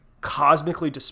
cosmically